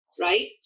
right